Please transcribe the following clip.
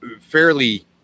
fairly